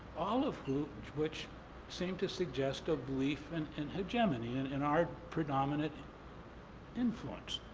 all of which which seem to suggest a belief and in hegemony, and in our predominant influence.